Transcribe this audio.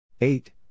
eight